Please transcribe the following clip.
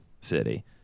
city